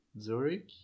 Zurich